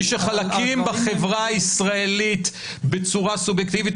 אזרחי, שוויון הפרט, לא שוויון לאומי.